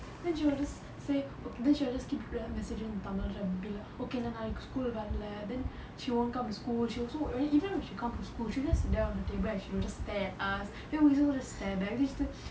then she will just say okay then she will just keep messaging in tamil right be like okay நான் நாளைக்கு:naan nalaikku school க்கு வரல:kku varala then she won't come to school she also when even when she come to school she just sit down at her table and she'll just stare at us then we also just stare back then she's like